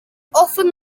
often